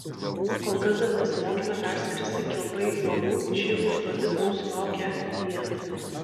kol kas dar nesimokėme perskristi kiaurai uolų ši užduotis mūsų laukia ateityje